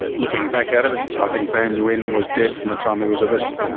looking back at it, i think van nguyen was dead from the time he was arrested.